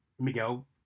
Miguel